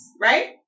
right